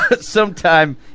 sometime